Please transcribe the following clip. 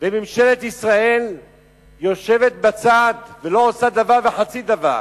וממשלת ישראל יושבת בצד ולא עושה דבר וחצי דבר,